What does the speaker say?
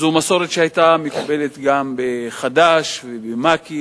זאת מסורת שהיתה מקובלת גם בחד"ש ובמק"י.